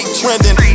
trending